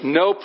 no